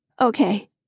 Okay